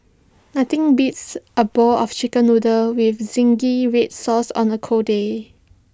nothing beats A bowl of Chicken Noodles with Zingy Red Sauce on A cold day